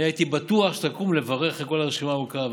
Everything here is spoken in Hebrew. אני הייתי בטוח שתקום לברך אחרי כל הרשימה הארוכה,